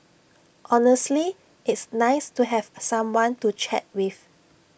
honestly it's nice to have someone to chat with